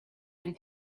and